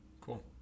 Cool